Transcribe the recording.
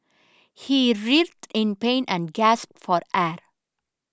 he writhed in pain and gasped for air